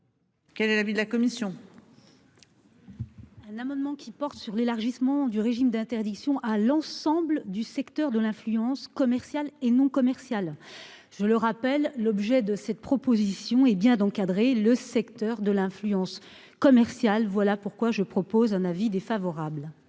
Quel est l'avis de la commission. Un amendement qui porte sur l'élargissement du régime d'interdiction à l'ensemble du secteur de l'influence commerciale et non commercial, je le rappelle, l'objet de cette proposition et bien d'encadrer le secteur de l'influence commerciale. Voilà pourquoi je propose un avis défavorable.